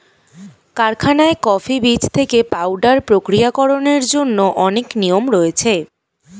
কারখানায় কফি বীজ থেকে পাউডার প্রক্রিয়াকরণের জন্য অনেক নিয়ম রয়েছে